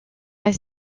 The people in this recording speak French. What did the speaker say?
las